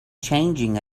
changing